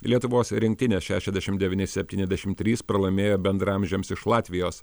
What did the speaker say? lietuvos rinktinė šešiasdešim devyni septyniasdešim trys pralaimėjo bendraamžėms iš latvijos